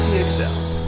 excel